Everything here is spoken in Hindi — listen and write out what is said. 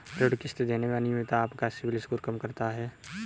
ऋण किश्त देने में अनियमितता आपका सिबिल स्कोर कम करता है